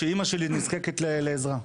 שאמא שלי נזקקת לעזרה.